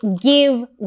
give